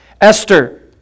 Esther